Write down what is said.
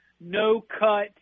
no-cut